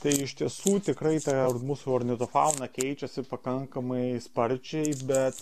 tai iš tiesų tikrai ta mūsų ornitofauna keičiasi pakankamai sparčiai bet